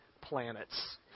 planets